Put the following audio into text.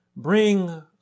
bring